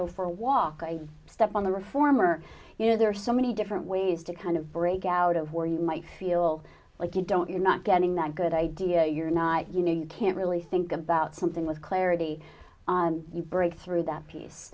go for a walk a step on the reform or you know there are so many different ways to kind of break out of where you might feel like you don't you're not getting that good idea you're not you know you can't really think about something with clarity and you break through that piece